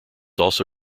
also